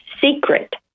secret